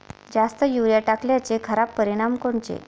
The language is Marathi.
जास्त युरीया टाकल्याचे खराब परिनाम कोनचे?